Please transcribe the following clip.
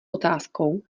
otázkou